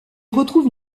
retrouve